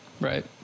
Right